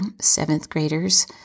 seventh-graders